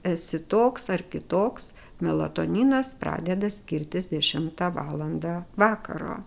esi toks ar kitoks melatoninas pradeda skirtis dešimtą valandą vakaro